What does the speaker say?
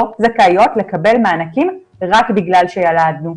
זכאיות לקבל מענקים רק בגלל שילדנו.